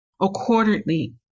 accordingly